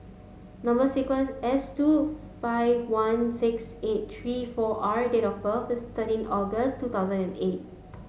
number sequence S two five one six eight three four R date of birth is thirteen August two thousand and eight